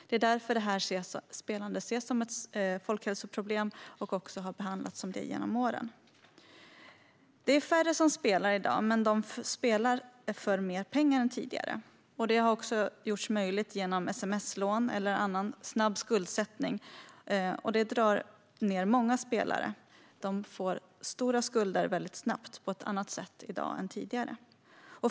Det är därför som detta spelande ses som ett folkhälsoproblem och också har behandlats som det genom åren. Det är färre som spelar i dag, men de spelar för mer pengar än tidigare. Det har också gjorts möjligt genom sms-lån eller annan snabb skuldsättning, vilket drar ned många spelare, som snabbt får stora skulder på ett annat sätt i dag än tidigare.